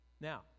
Now